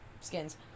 Skins